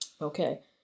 okay